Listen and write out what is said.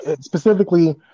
Specifically